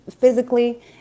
physically